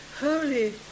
holy